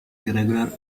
irregular